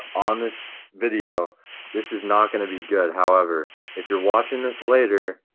on this video this is not gonna be good. however if you're watching this later,